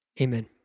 Amen